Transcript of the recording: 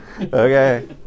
Okay